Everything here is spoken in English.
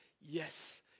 Yes